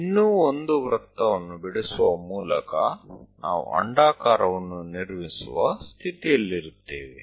ಇನ್ನೂ ಒಂದು ವೃತ್ತವನ್ನು ಬಿಡಿಸುವ ಮೂಲಕ ನಾವು ಅಂಡಾಕಾರವನ್ನು ನಿರ್ಮಿಸುವ ಸ್ಥಿತಿಯಲ್ಲಿರುತ್ತೇವೆ